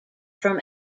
from